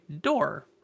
door